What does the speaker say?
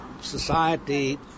society